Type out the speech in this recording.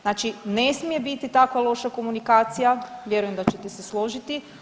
Znači ne smije biti tako loša komunikacija, vjerujem da ćete se složiti.